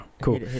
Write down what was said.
cool